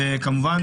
וכמובן,